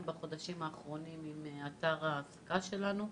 בחודשים האחרונים עם אתר ההעסקה שלנו.